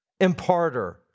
imparter